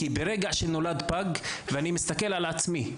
כי ברגע שנולד פג ואני מסתכל על עצמי,